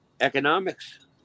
economics